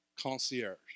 concierge